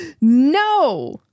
No